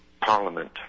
parliament